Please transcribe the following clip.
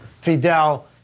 Fidel